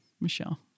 Michelle